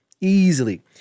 Easily